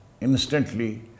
instantly